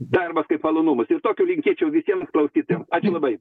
darbas kaip malonumas ir tokio linkėčiau visiems klausytojams ačiū labai